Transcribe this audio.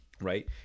right